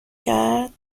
کرد